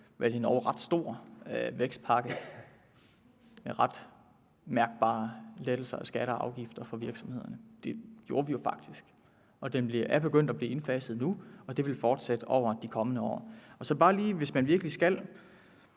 en endog ret stor vækstpakke med ret mærkbare lettelser af skatter og afgifter for virksomhederne. Det gjorde vi faktisk, og den er begyndt at blive indfaset nu, og det vil fortsætte over de kommende år. Hvis man virkelig skal